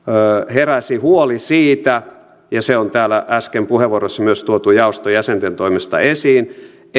heräsi huoli siitä ja se on täällä äsken puheenvuoroissa myös tuotu jaoston jäsenten toimesta esiin